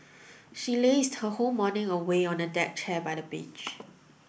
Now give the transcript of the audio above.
she lazed her whole morning away on a deck chair by the beach